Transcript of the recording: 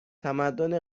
تمدن